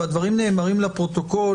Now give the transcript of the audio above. והדברים נאמרים לפרוטוקול,